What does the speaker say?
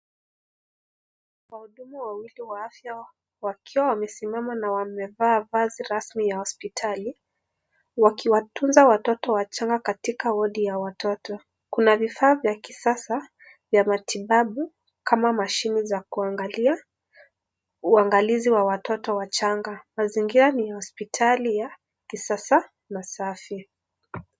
Wahudumu wawili wa afya wakiwa wamesimama na wamevaa vazi rasmi ya hospitali, wakiwatunza watoto wachanga katika wodi ya watoto. Kuna vifaa vya kisasa, vya matibabu, kama mashine za kuangalia uangalizi wa watoto wachanga. Mazingira niya hospitali ya kisasa na safi.